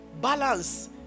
balance